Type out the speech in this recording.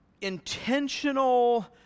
intentional